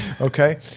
Okay